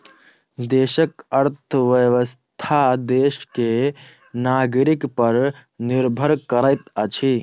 देशक अर्थव्यवस्था देश के नागरिक पर निर्भर करैत अछि